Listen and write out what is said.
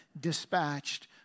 dispatched